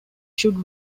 should